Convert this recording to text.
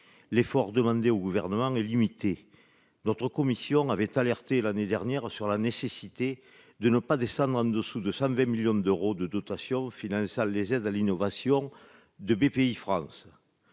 L'effort demandé au Gouvernement est limité. Notre commission avait alerté l'année dernière sur la nécessité de ne pas descendre en dessous de 120 millions d'euros de dotations finançant les aides à l'innovation de Bpifrance.